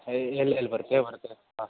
ಎಲ್ಲಿ ಎಲ್ಲಿ ಬರುತ್ತೆ ಬರುತ್ತೆ ಹಾಂ